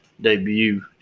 debut